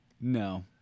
No